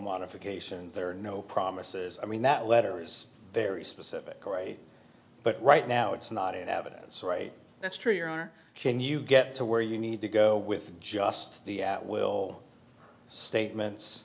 modifications there are no promises i mean that letter is very specific all right but right now it's not in evidence right that's true your are can you get to where you need to go with just the at will statements